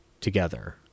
together